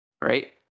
right